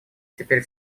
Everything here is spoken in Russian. теперь